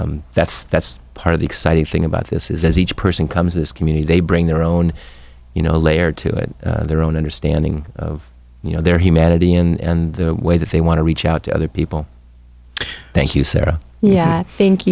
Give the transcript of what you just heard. so that's that's part of the exciting thing about this is as each person comes to this community they bring their own you know layer to it their own understanding of you know their humanity and the way that they want to reach out to other people thank you sarah yeah thank